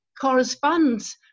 corresponds